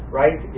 right